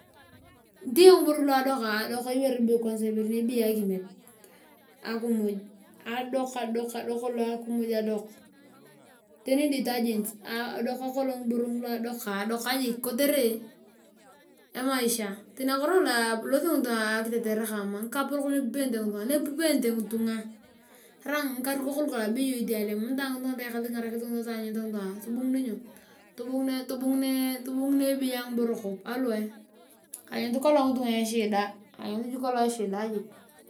Heyong ngibo luadok. adok ibore be akirnet. akimiy adok. adok kolong akimiy. Adok kolong ngiboro ngulu kotere emaisha tani akuraar nakulong aloso ngitunga akitetere kaama. ngikapolok nipiperiete ngitunga. tarai ngikarikok ngukolong alemunitae kingarakis ngitunga taanyut. tobongunebei angiboro kop. Aluwae anyut kolong ngitunga eshida.